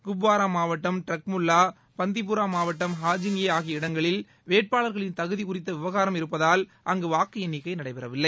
குப்வாரா மாவட்டம் டிரக்முல்லா பந்திப்பூரா மாவட்டம் ஹாஜின் ஏ ஆகிய இடங்களில் வேட்பாளர்களின் தகுதி குறித்த விவகாரம் இருப்பதால் அங்கு வாக்கு எண்ணிக்கை நடைபெறவில்லை